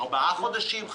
ארבעה חודשים?